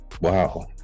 Wow